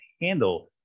handle